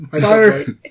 Fire